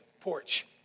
porch